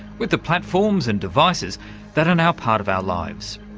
with the platforms and devices that are now part of our lives.